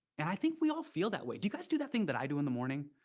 and i think we all feel that way. do you guys do that thing that i do in the morning?